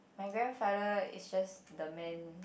my grandfather is just the man